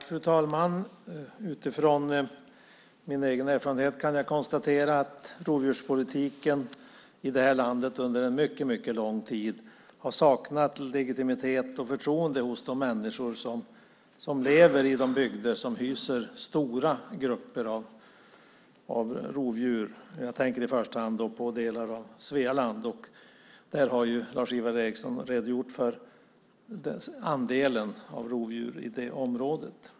Fru talman! Utifrån min egen erfarenhet kan jag konstatera att rovdjurspolitiken i det här landet under en mycket lång tid har saknat legitimitet och förtroende hos de människor som lever i de bygder som hyser stora grupper av rovdjur. Jag tänker då i första hand på delar av Svealand, och Lars-Ivar Ericson har redogjort för andelen rovdjur i detta område.